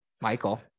Michael